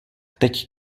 teď